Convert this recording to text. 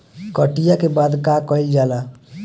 कटिया के बाद का कइल जाला?